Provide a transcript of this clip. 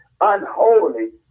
unholy